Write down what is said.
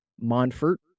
Monfort